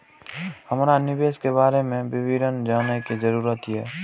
हमरा निवेश के बारे में विवरण जानय के जरुरत ये?